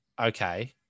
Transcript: okay